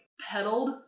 pedaled